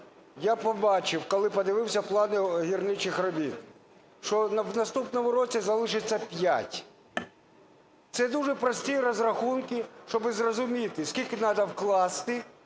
я побачив, коли подивився плани гірничих робіт, що в наступному році залишиться 5. Це дуже прості розрахунки, щоб зрозуміти, скільки треба вкласти,